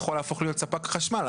יכולה להפוך לספק חשמל.